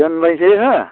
दोनलायनोसै हो